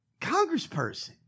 Congressperson